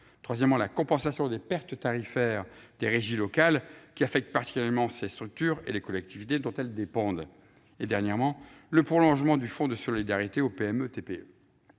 pouvoir d'achat ; la compensation des pertes tarifaires des régies locales, qui affectent particulièrement ces structures et les collectivités dont elles dépendent ; enfin, le prolongement du fonds de solidarité à